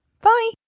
Bye